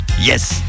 Yes